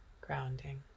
grounding